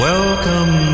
Welcome